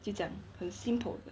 就这样很 simple 的